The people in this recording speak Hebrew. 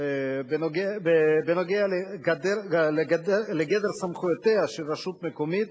בנוגע לגדר סמכויותיה של רשות מקומית